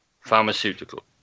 pharmaceutical